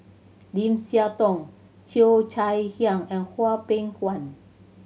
Lim Siah Tong Cheo Chai Hiang and Hwang Peng Yuan